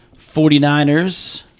49ers